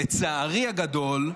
לצערי הגדול,